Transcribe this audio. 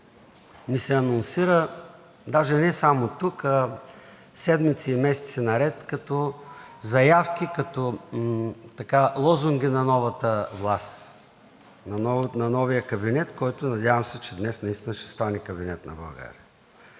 ни се анонсира, даже не само тук, а седмици и месеци наред, като заявки, като лозунги на новата власт, на новия кабинет, който, надявам се, че днес наистина ще стане кабинет на България.